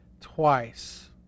twice